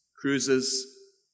cruises